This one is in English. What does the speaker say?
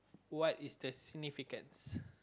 what is the significance